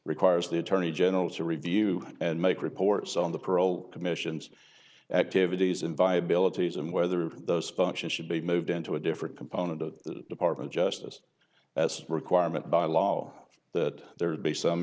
requires the attorney general to review and make reports on the parole commission's activities in viability is and whether those functions should be moved into a different component of the department justice as a requirement by law that there be some